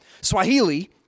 Swahili